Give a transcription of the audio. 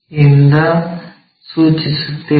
ಯಿಂದ ಸೂಚಿಸುತ್ತೇವೆ